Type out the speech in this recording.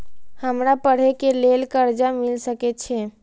हमरा पढ़े के लेल कर्जा मिल सके छे?